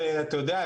אתה יודע,